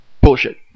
Bullshit